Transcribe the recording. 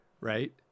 Right